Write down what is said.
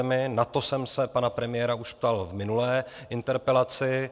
Na to jsem se pana premiéra už ptal v minulé interpelaci.